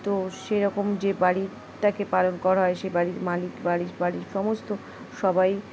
তো সেরকম যে বাড়িটাকে পালন করা হয় সেই বাড়ির মালিক বাড়ির বাড়ির সমস্ত সবাই